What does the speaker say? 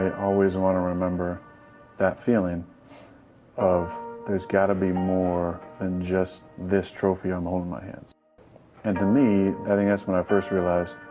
and always want to remember that feeling of there's gotta be more than just this trophy i'm holding in my hands and to me, i think that's when i first realized